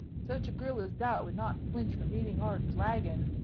such a girl as that would not flinch from meeting our dragon,